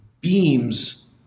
beams